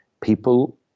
people